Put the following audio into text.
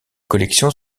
collections